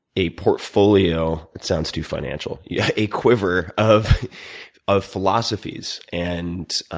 a portfolio that sounds too financial yeah a quiver of of philosophies and